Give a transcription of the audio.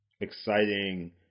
exciting